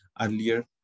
earlier